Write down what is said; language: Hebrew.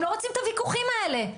הם לא רוצים את הוויכוחים האלה,